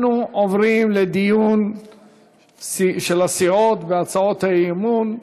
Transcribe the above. אנחנו עוברים לדיון של הסיעות בהצעות האי-אמון.